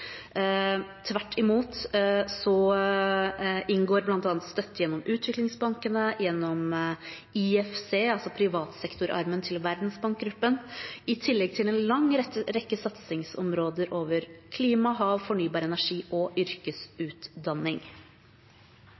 Tvert imot inngår bl.a. støtte gjennom utviklingsbankene, gjennom IFC – altså privatsektorarmen til Verdensbankgruppen – i tillegg til en lang rekke satsingsområder over klima, hav, fornybar energi og yrkesutdanning.